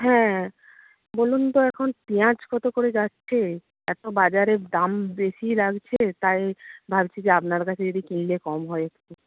হ্যাঁ বলুন তো এখন পিঁয়াজ কত করে যাচ্ছে এত বাজারের দাম বেশি লাগছে তাই ভাবছি যে আপনার কাছে যদি কিনলে কম হয় একটু